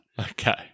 Okay